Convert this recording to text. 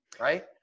right